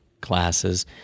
classes